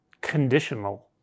conditional